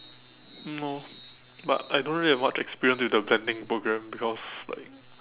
no but I don't really have much experience with the blending programme because like